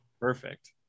Perfect